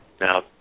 Now